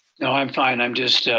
no, i'm fine. i'm just